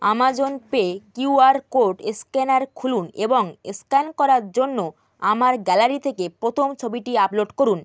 Amazon pay Q R code scanner খুলুন এবং scan করার জন্য আমার গ্যালারি থেকে প্রথম ছবিটি আপলোড করুন